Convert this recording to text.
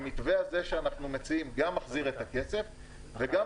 המתווה הזה שאנחנו מציעים גם מחזיר את הכסף וגם